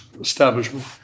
establishment